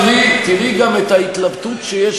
תראי גם את ההתלבטות שיש,